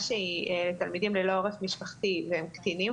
שהיא לתלמידים ללא עורף משפחתי והם קטינים,